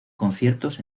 conciertos